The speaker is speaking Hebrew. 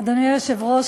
אדוני היושב-ראש,